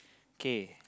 okay